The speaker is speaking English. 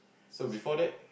so before that